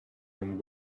him